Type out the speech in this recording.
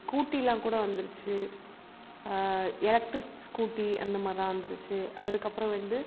ஸ்கூட்டிலாம் கூட வந்துருச்சு electric scooty அந்தமாதிரிலாம் வந்துருச்சு அதற்கப்பறம் வந்து